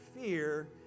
fear